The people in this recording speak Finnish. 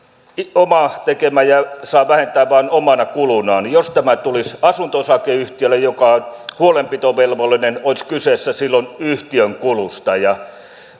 oma tekemä ja sen saa vähentää vain omana kulunaan ja jos tämä tulisi asunto osakeyhtiölle joka on huolenpitovelvollinen olisi kyse silloin yhtiön kulusta